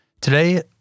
Today